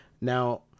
Now